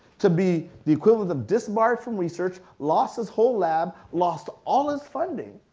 to be the equivalent of disbarred from research, lost his whole lab, lost all his funding.